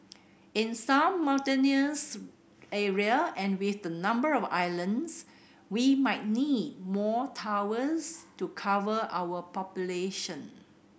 in some mountainous area and with the number of islands we might need more towers to cover our population